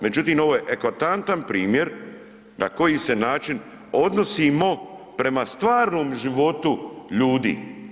Međutim, ovo je eklatantan primjer na koji se način odnosimo prema stvarnom životu ljudi.